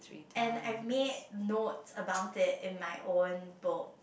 and I've made note about it in my own book